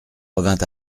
revint